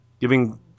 giving